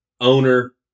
owner